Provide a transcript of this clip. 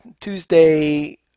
Tuesday